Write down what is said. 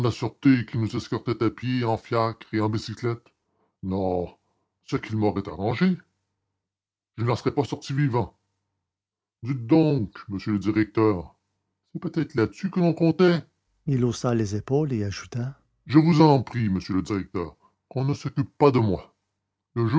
qui nous escortaient à pied en fiacre et à bicyclette non ce qu'ils m'auraient arrangé je n'en serais pas sorti vivant dites donc monsieur le directeur c'est peut-être là-dessus que l'on comptait il haussa les épaules et ajouta je vous en prie monsieur le directeur qu'on ne s'occupe pas de moi